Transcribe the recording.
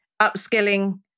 upskilling